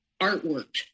artwork